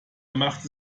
machte